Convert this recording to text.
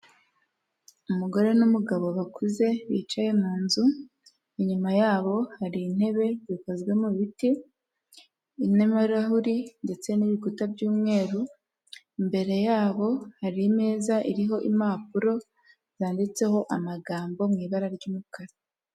Umugore n'umugabo bakuze bicaye mu nzu, inyuma yabo hari intebe zikozwe mu biti irimo n'ibirahuri ndetse n'ibikuta by'umweru, imbere yabo hari ameza ariho impapuro zanditseho amagambo mu ibara ry'umukara.